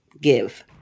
Give